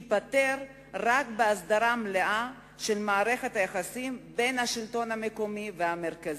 ייפתר רק בהסדרה מלאה של מערכת היחסים בין השלטון המקומי והמרכזי.